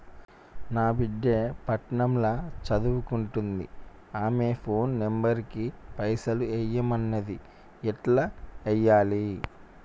నా బిడ్డే పట్నం ల సదువుకుంటుంది ఆమె ఫోన్ నంబర్ కి పైసల్ ఎయ్యమన్నది ఎట్ల ఎయ్యాలి?